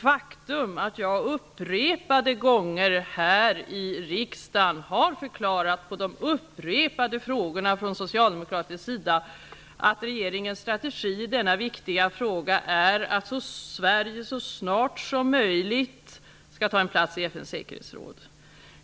Faktum är att jag flera gånger här i riksdagen har förklarat, efter upprepade frågor från socialdemokratisk sida, att regeringens strategi i denna viktiga fråga är att Sverige så snart som möjligt skall ta en plats i FN:s säkerhetsråd.